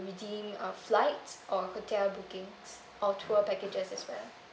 redeem uh flights or hotel bookings or tour packages as well